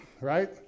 right